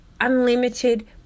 unlimited